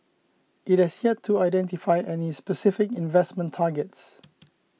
it has yet to identify any specific investment targets